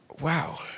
Wow